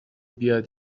بیاد